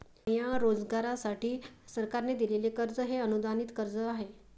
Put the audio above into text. स्वयंरोजगारासाठी सरकारने दिलेले कर्ज हे अनुदानित कर्ज आहे